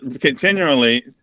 continually